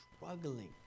struggling